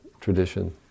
tradition